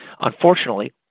Unfortunately